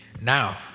Now